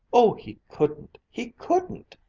oh, he couldn't! he couldn't!